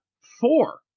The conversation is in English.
four